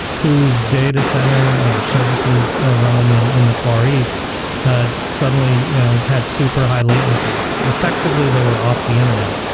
whose data center or services are running in in the far east ah suddenly you know had super high latencies. effectively, they were off the internet,